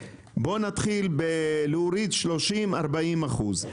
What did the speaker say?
בהתחלה לנסות לצמצם את התופעה ב-40-30 אחוזים.